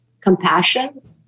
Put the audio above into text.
compassion